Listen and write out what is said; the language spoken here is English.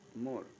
more